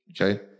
okay